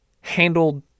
handled